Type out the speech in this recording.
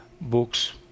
books